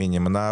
מי נמנע?